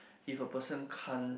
if a person can't